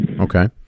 Okay